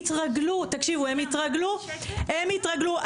התרגלו תקשיבו הם התרגלו הם התרגלו.